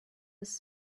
his